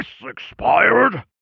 expired